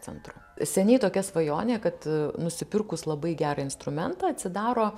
centru seniai tokia svajonė kad nusipirkus labai gerą instrumentą atsidaro